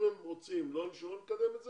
אם הם רוצים שלא נקדם את זה,